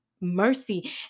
Mercy